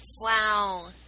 Wow